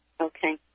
Okay